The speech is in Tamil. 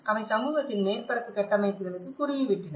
அவை சமூகத்தின் மேற்பரப்பு கட்டமைப்புகளுக்கு குறுகிவிட்டன